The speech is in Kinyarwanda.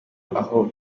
aho